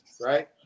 Right